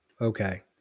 Okay